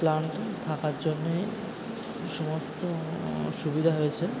plant থাকার জন্যে এই সমস্ত সুবিধা হয়েছে